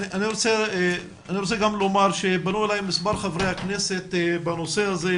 אני רוצה גם לומר שפנו אליי מספר חברי כנסת בנושא הזה,